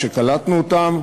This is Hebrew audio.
כשקלטנו אותם,